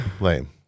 Lame